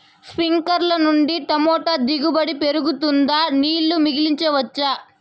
స్ప్రింక్లర్లు నుండి టమోటా దిగుబడి పెరుగుతుందా? నీళ్లు మిగిలించవచ్చా?